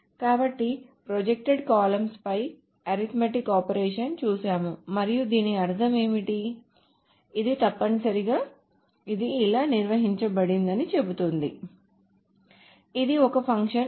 కాబట్టి projected columns పై arithmetic operations చేసాము మరియు దీని అర్థం ఏమిటి కాబట్టి ఇది తప్పనిసరిగా ఇది ఇలా నిర్వచించబడిందని చెబుతుంది ఇది ఒక ఫంక్షన్